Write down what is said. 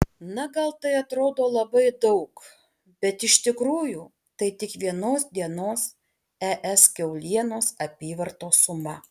na gal tai atrodo labai daug bet iš tikrųjų tai tik vienos dienos es kiaulienos apyvartos suma